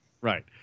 Right